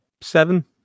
seven